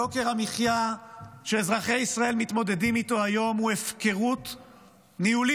יוקר המחיה שאזרחי ישראל מתמודדים איתו היום הוא הפקרות ניהולית,